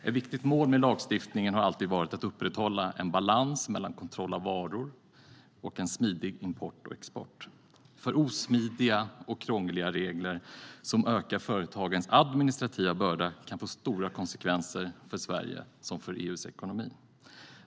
Ett viktigt mål med lagstiftningen har alltid varit att upprätthålla en balans mellan kontroll av varor och en smidig import och export. Alltför osmidiga och krångliga regler som ökar företagens administrativa börda kan få stora konsekvenser för Sveriges och för EU:s ekonomi.